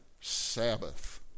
Sabbath